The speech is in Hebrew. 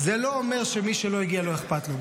זה לא אומר שמי שלא הגיע לא אכפת לו.